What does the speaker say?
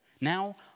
Now